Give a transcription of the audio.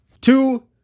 Two